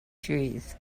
trees